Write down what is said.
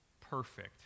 perfect